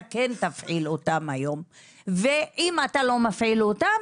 אתה כן תפעיל אותם היום ואם אתה לא מפעיל אותם,